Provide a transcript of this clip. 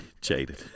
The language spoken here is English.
Jaded